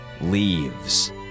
leaves